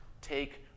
take